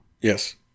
Yes